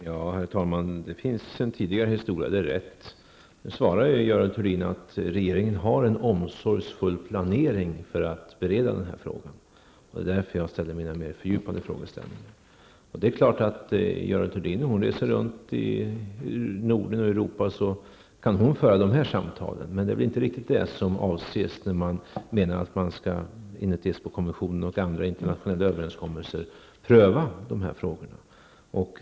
Herr talman! Det är riktigt att det finns en tidigare historia. Nu svarade Görel Thurdin att regeringen har en omsorgsfull planering för att bereda frågan, och det var därför jag fördjupade min fråga. Det är klart att Görel Thurdin kan föra samtal, om hon reser runt i Norden och i det övriga Europa. Men det är väl inte riktigt detta som avses när man enligt Esbokonventionen och andra internationella överenskommelser skall pröva de här frågorna.